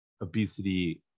obesity